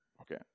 okay